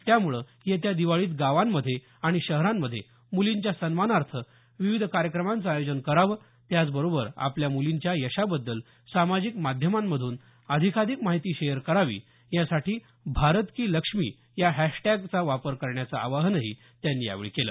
त्यामुळे येत्या दिवाळीत गावांमध्ये आणि शहरांमध्ये मुलींच्या सन्मानार्थ विविध कार्यक्रमांचं आयोजन करावं त्याचबरोबर आपल्या मुलींच्या यशाबद्दल सामाजिक माध्यमातून अधिकाधिक माहिती शेअर करावी यासाठी भारत की लक्ष्मी या हॅशटॅगचा वापर करण्याचं आवाहनही त्यांनी यावेळी केलं